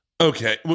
okay